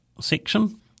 section